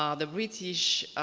um the british